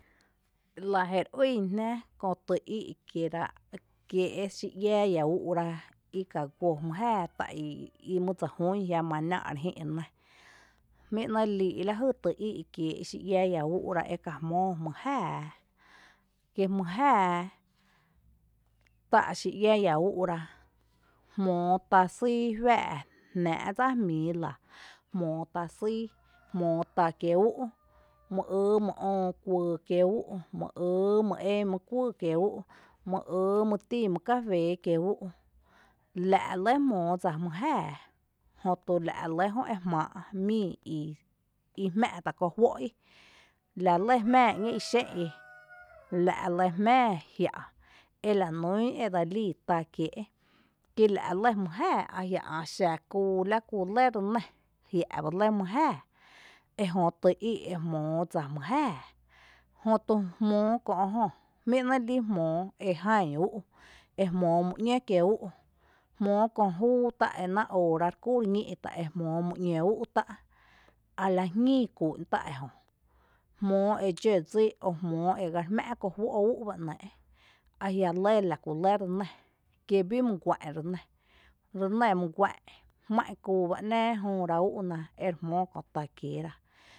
Lⱥ jé re ýn jnⱥ köö tý í’ kiee ráa’ kiee’ xí iⱥⱥ iⱥ úu’ rá ika guó mý jáaá tá’ i tá’ i my dsa jún jiama náá’ re jï’ re nɇ jmí’ ‘née’ líi’ lajy tý íi’ kié’ xí iⱥⱥ iⱥ úu’ rá eka jmóo mý jáaá, kí mý jáaá tá’ xí iⱥⱥ i iⱥ úu’ra jmóo tá sýy juⱥⱥ’ jnⱥⱥ’dsa jmíi lⱥ, jmóo tá sýy, jmóo tá kiéé’ ú’u’, my ýý my öö kuyy kiee’ úú’, my ýý my tin mý café kiee’ úu’, la’ re lɇ jmoo dsa mý jáaá, jötu la’ re lɇ jö e jmáa’ mii i jmⱥ’ tá’ ko juó’ í la lɇ jmⱥⱥ ‘ñee i xé’n i la’ re lɇ jmⱥⱥ jia’ ela nún edse lii tá kiée’ kí la’ lɇ mý jáaá ajia’ ä’ xa kúu lakú lɇ renɇ la’ ba lɇ mý jáaá ejö tý í’ e jmóo dsa mý jáaá jötu jmóo kö’ jö, jmí’ ‘né’ líi’ jmóo eján ú’u´ e jmóo mý ñé kiee’ úu’, jmóo köö júu e ná’a’ óora ere kúu’ re ñíi’ tá’ ejmoo mý ñé ú’u’ tá’, a lⱥ jñíi kú’n tá’ ejö jmóo e dxǿ dsí jmóo ega jmá’ kojuó’ kú’un ‘nɇɇ’jia lɇ la kulɇ re nɇ, re nɇ my guá’n jmá’n kuu ba náa jööra ú’u´ná ere jmóo köö tá kiéera